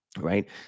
right